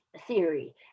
theory